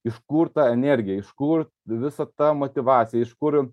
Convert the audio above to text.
iš kur ta energija iš kur visa ta motyvacija iš kur